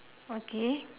okay